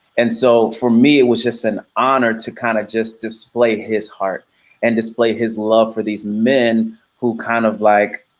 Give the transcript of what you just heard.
and so for me, it was just an honor to kind of just display his heart and display his love for these men who kind of like,